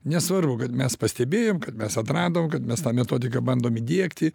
nesvarbu kad mes pastebėjom kad mes atradom kad mes tą metodiką bandom įdiegti